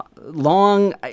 Long